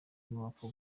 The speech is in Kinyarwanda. ntiwapfa